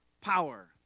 power